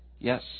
Yes